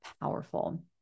powerful